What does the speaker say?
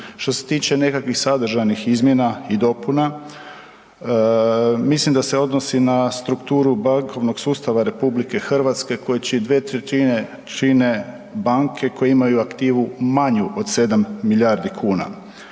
Što se tiče nekakvih sadržajnih izmjena i dopuna, mislim da se odnosi na strukturu bankovnog sustava RH koji 2/3 čine banke koje imaju aktivu manju od 7 milijardi kuna.